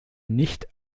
nicht